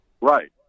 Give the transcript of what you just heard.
Right